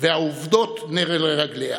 והעובדות נר הן לרגליה.